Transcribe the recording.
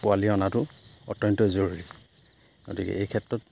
পোৱালি অনাটো অত্যন্ত জৰুৰী গতিকে এই ক্ষেত্ৰত